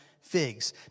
figs